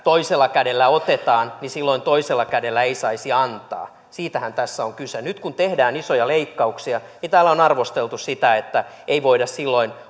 kun toisella kädellä otetaan niin silloin toisella kädellä ei saisi antaa siitähän tässä on kyse nyt kun tehdään isoja leikkauksia niin täällä on arvosteltu sitä että ei voida silloin